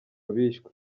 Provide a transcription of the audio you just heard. bishwe